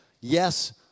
yes